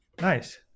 Nice